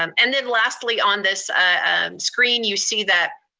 um and then lastly on this screen, you see that